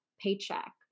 paycheck